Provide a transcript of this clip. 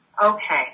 Okay